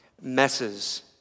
messes